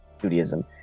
Judaism